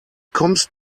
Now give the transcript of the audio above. kommst